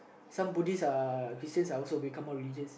some BuddhistsuhChristians are also become more religious